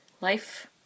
life